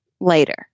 later